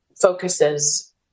focuses